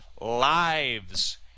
lives